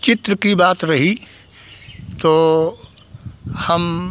चित्र की बात रही तो हम